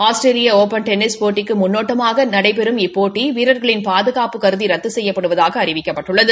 Australia open tennis போட்டிக்கு முன்னோட்டமாக நடைபெறும் இப்போட்டி வீரர்களின் பாதுகாப்பு கருதி ரத்து செயய்ப்படுவதாக அறிவிக்கப்பட்டுள்ளது